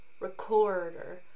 Recorder